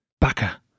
Baka